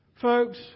Folks